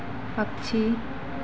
पक्षी